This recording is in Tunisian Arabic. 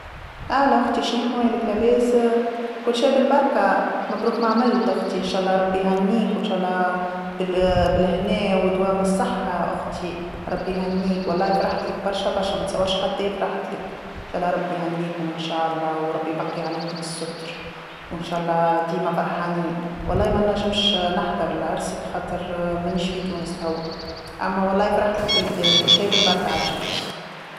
أهلا ختي شنيا حوالك لاباس، كلشي بالبركه، مبروك ما عملت، اختي إن شاء الله ربي يهنيك وإن شاء الله بال- بالهنا ودوام الصحه أختي، ربي يهنيك والله فرحت لك برشا برشا ما تصورش قداه فرحتلك، إن شاء الله ربي يهنيكم إن شاء الله وربي يبقي عليكم الستر، وإن شاء الله ديما فرحانين والله ما نجمش نحضر لعرسك خاطر مانيش في تونس توا، أما والله فرحت لك بالقدايه، كل شيء بالبركة عايشة اختي.